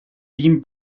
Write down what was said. pin